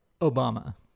Obama